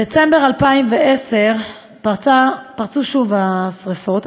בדצמבר 2010 פרצו שוב השרפות.